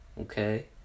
okay